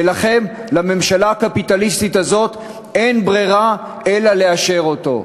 ולכן לממשלה הקפיטליסטית הזאת אין ברירה אלא לאשר אותו.